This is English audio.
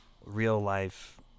real-life